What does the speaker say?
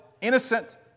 innocent